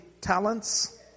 talents